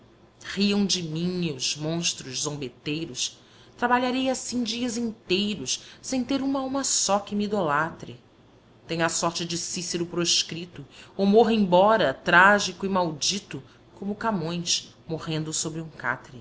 riam de mim os monstros zombeteiros trabalharei assim dias inteiros sem ter uma alma só que me idolatre tenha a sorte de cícero proscrito ou morra embora trágico e maldito como camões morrendo sobre um